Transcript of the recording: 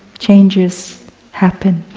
changes happen.